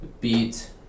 beat